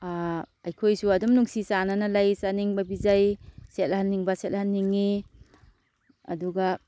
ꯑꯩꯈꯣꯏꯁꯨ ꯑꯗꯨꯝ ꯅꯨꯡꯁꯤ ꯆꯥꯟꯅꯅ ꯂꯩ ꯆꯥꯅꯤꯡꯕ ꯄꯤꯖꯩ ꯁꯦꯠꯍꯟꯅꯤꯡꯕ ꯁꯦꯠꯍꯟꯅꯤꯡꯉꯤ ꯑꯗꯨꯒ